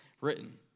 written